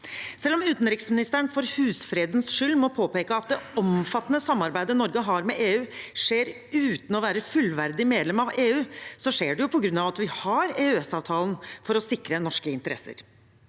Selv om utenriksministeren for husfredens skyld må påpeke at det omfattende samarbeidet Norge har med EU, skjer uten å være fullverdig medlem av EU, skjer det jo på grunn av at vi har EØS-avtalen for å sikre norske interesser.